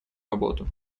работу